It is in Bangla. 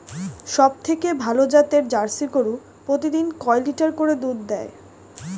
সবথেকে ভালো জাতের জার্সি গরু প্রতিদিন কয় লিটার করে দুধ দেয়?